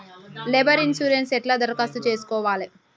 Labour insurance ఎట్ల దరఖాస్తు చేసుకోవాలే?